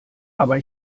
aber